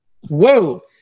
Whoa